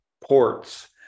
ports